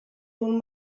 nun